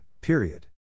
period